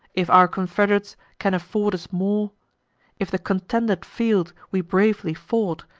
if our confederates can afford us more if the contended field we bravely fought,